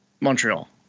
Montreal